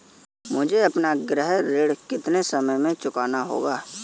मुझे अपना गृह ऋण कितने समय में चुकाना होगा?